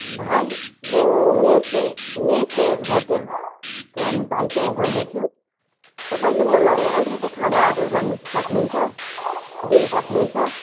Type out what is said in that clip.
भाइ म मेयफे मेयफेयर होटलको भाइसँग बोल्दैछु तपाईँले मलाई अलिकति खाना अर्डर गर्नुसक्नुहुन्छ दिनुसक्नुहुन्छ